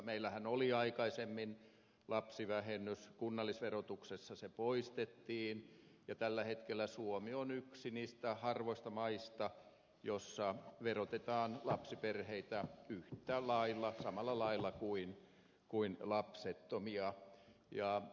meillähän oli aikaisemmin lapsivähennys kunnallisverotuksessa se poistettiin ja tällä hetkellä suomi on yksi niistä harvoista maista joissa verotetaan lapsiperheitä yhtä lailla samalla lailla kuin lapsettomia